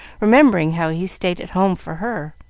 remembering how he stayed at home for her.